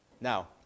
Now